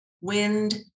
wind